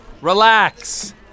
Relax